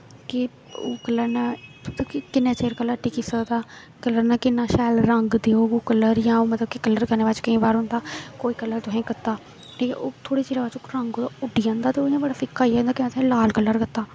कि मतलब किन्नै चिर कल्लर टिकी सकदा ऐ कल्लर नै किन्ना शैल रंग देह्ग कल्लर जां केईं बार कल्लर करने बाद केह् होंदा कोई कल्लर तुसें कीता ठीक ऐ थोह्ड़े चिरै बाद रंग ओह् उड्डी जंदा फिक्का होई जंदा ते केईं बार असें लाल कल्लर कीता